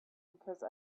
because